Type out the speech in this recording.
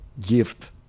gift